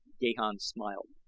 gahan smiled.